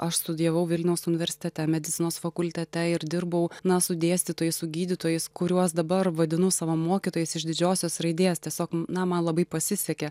aš studijavau vilniaus universitete medicinos fakultete ir dirbau na su dėstytojais su gydytojais kuriuos dabar vadinu savo mokytojais iš didžiosios raidės tiesiog na man labai pasisekė